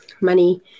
money